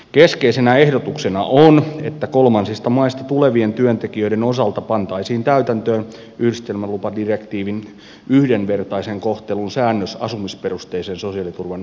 keskeisenä ehdotuksena on että kolmansista maista tulevien työntekijöiden osalta pantaisiin täytäntöön yhdistelmälupadirektiivin yhdenvertaisen kohtelun säännös asumisperusteisen sosiaaliturvan osalta